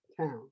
town